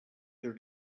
their